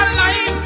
life